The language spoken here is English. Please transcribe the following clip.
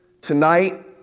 tonight